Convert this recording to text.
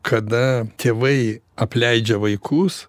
kada tėvai apleidžia vaikus